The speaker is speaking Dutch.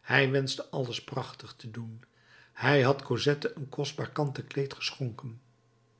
hij wenschte alles prachtig te doen hij had cosette een kostbaar kanten kleed geschonken